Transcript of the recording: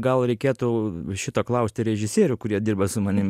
gal reikėtų šito klausti režisierių kurie dirba su manim